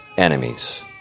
enemies